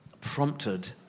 prompted